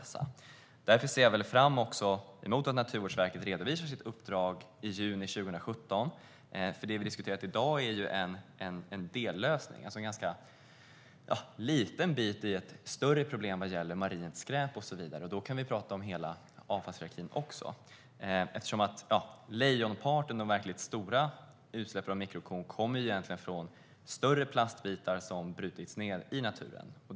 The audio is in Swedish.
Därför ser jag också fram emot att Naturvårdsverket redovisar sitt uppdrag i juni 2017, för det vi har diskuterat i dag är en dellösning. Det är en ganska liten bit i ett större problem när det gäller marint skräp och så vidare. Då kan vi tala om hela avfallshierarkin också. Lejonparten, alltså de verkligt stora utsläppen av mikrokorn, kommer nämligen egentligen från större plastbitar som har brutits ned i naturen.